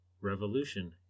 Revolution